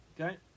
Okay